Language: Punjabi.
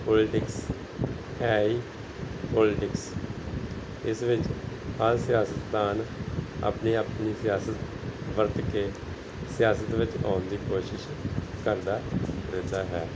ਪੋਲੀਟਿਕਸ ਹੈ ਹੀ ਪੋਲੀਟਿਕਸ ਇਸ ਵਿੱਚ ਹਰ ਸਿਆਸਤਦਾਨ ਆਪਣੀ ਆਪਣੀ ਸਿਆਸਤ ਵਰਤ ਕੇ ਸਿਆਸਤ ਵਿੱਚ ਆਉਣ ਦੀ ਕੌਸ਼ਿਸ਼ ਕਰਦਾ ਰਹਿੰਦਾ ਹੈ